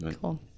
Cool